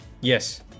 Yes